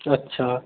अच्छा